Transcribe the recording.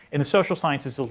in the social sciences,